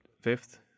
fifth